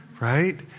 Right